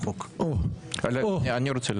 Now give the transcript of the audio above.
רביזיה.